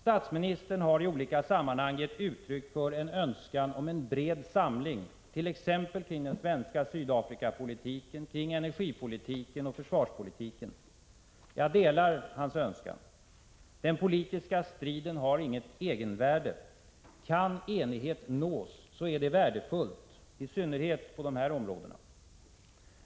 Statsministern har i olika sammanhang givit uttryck för en önskan om bred samling kring bl.a. den svenska Sydafrikapolitiken, energipolitiken och försvarspolitiken. Jag delar denna hans önskan. Den politiska striden har inget egenvärde. Kan enighet nås är det värdefullt, i synnerhet på dessa områden.